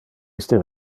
iste